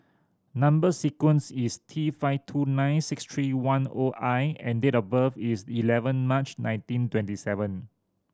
number sequence is T five two nine six three one O I and date of birth is eleven March nineteen twenty seven